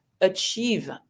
achieve